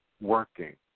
working